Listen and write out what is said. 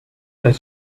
that